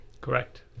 correct